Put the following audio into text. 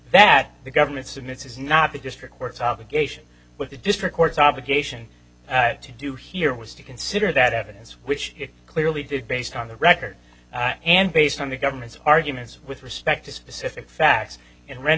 that the government's in its is not the district court's obligation but the district court's obligation to do here was to consider that evidence which it clearly did based on the record and based on the government's arguments with respect to specific facts